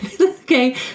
okay